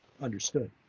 understood